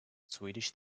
swedish